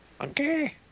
Okay